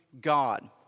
God